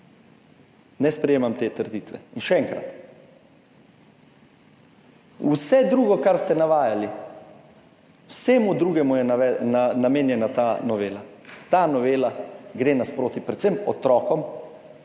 ne sprejemam te trditve. In še enkrat, vse drugo, kar ste navajali, vsemu drugemu je namenjena ta novela. Ta novela gre nasproti predvsem otrokom,